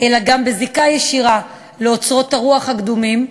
אלא גם בזיקה ישירה לאוצרות הרוח הקדומים,